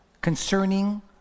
Concerning